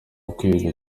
ukwiye